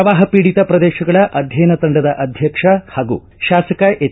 ಪ್ರವಾಹ ಪೀಡಿತ ಪ್ರದೇಶಗಳ ಅಧ್ಯಯನ ತಂಡದ ಅಧ್ಯಕ್ಷ ಹಾಗೂ ಶಾಸಕ ಎಚ್